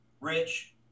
rich